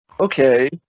okay